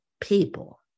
people